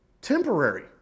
temporary